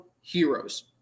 heroes